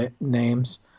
names